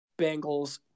Bengals